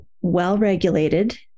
well-regulated